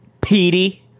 Petey